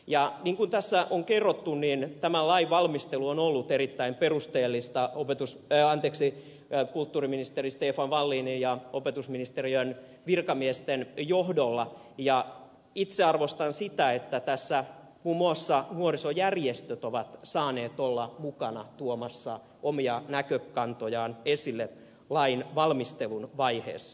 niin kuin tässä on kerrottu tämän lain valmistelu on ollut erittäin perusteellista kulttuuriministeri stefan wallinin ja opetusministeriön virkamiesten johdolla ja itse arvostan sitä että tässä muun muassa nuorisojärjestöt ovat saaneet olla mukana tuomassa omia näkökantojaan esille lain valmistelun vaiheessa